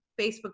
Facebook